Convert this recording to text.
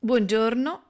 Buongiorno